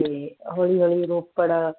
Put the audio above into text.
ਅਤੇ ਹੌਲੀ ਹੌਲੀ ਰੋਪੜ